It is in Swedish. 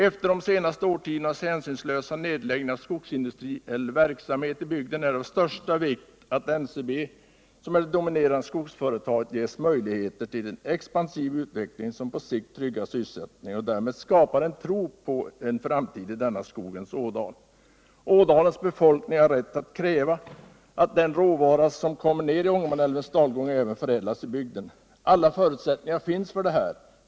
Efter de senaste årtiondenas hänsynslösa nedläggning av skogsindustriell verksamhet i bygden är det av största vikt att NCB, som är det dominerande skogsföretaget, ges möjligheter till en expansiv utveckling som på sikt tryggar sysselsättningen och därmed skapar en tro på framtiden i denna skogens ådal. Ådalens befolkning har rätt att kräva att den råvara som kommer ner i Ångermanälvens dalgång även förädlas i bygden. Alla förutsättningar finns för detta.